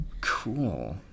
Cool